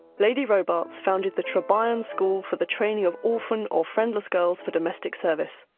lady robartes founded the trevian school for the training of orphan or friendless girls for domestic service,